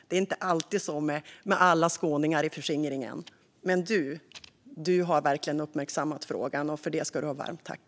Det är inte alltid på det sättet med alla skåningar i förskingringen. Men du har verkligen uppmärksammat frågan, och för det ska du ha ett varmt tack.